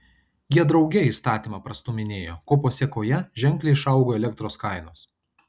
jie drauge įstatymą prastūminėjo ko pasėkoje ženkliai išaugo elektros kainos